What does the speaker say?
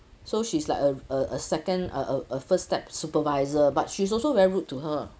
so she's like a a a second a a a first step supervisor but she's also very rude to her